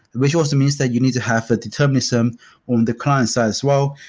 which also means that you need to have a determinism on the client side as well,